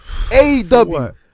AEW